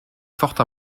forte